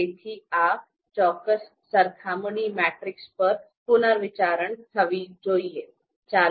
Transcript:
તેથી આ ચોક્કસ સરખામણી મેટ્રિક્સ પર પુનર્વિચારણા થવી જોઈએ